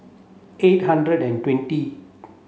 eight hundred and twenty